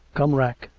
come rack!